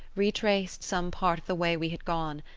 retraced some part of the way we had gone,